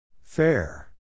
Fair